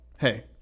hey